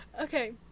Okay